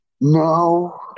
No